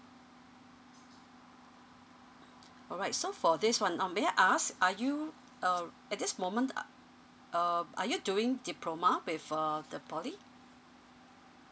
alright so for this one um may I ask are you uh at this moment uh uh are you doing diploma with uh the poly